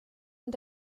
und